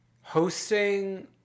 hosting